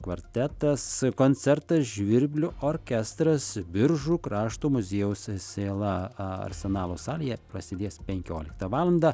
kvartetas koncertas žvirblių orkestras biržų krašto muziejaus sėla arsenalo salėje prasidės penkioliktą valandą